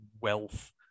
wealth